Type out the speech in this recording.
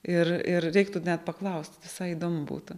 ir ir reiktų net paklaust visai įdomu būtų